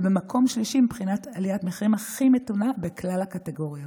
ובמקום שלישי מבחינת עליית המחירים הכי מתונה בכלל הקטגוריות.